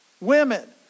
women